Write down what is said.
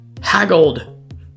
haggled